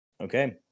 Okay